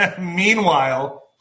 meanwhile